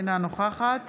אינה נוכחת